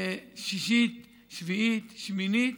שישית, שביעית, שמינית,